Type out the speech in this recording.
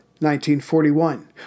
1941